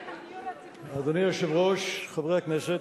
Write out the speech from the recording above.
אדוני היושב-ראש, חברי הכנסת,